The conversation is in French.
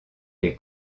les